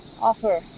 offer